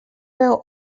veu